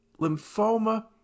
lymphoma